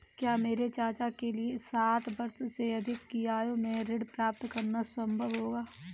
क्या मेरे चाचा के लिए साठ वर्ष से अधिक की आयु में ऋण प्राप्त करना संभव होगा?